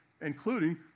including